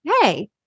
hey